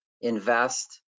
invest